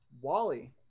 Wally